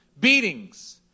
beatings